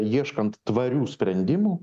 ieškant tvarių sprendimų